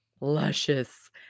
luscious